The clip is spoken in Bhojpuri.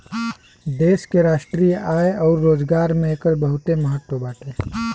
देश के राष्ट्रीय आय अउर रोजगार में एकर बहुते महत्व बाटे